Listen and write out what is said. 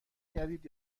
گردید